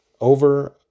Over